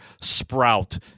sprout